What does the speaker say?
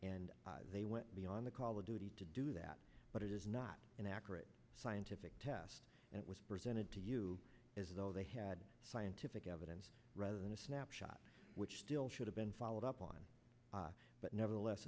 and they went beyond the call of duty to do that but it is not an accurate scientific test that was presented to you as though they had scientific evidence rather than a snapshot which still should have been followed up on but nevertheless